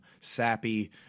sappy